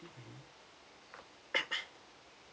mm mm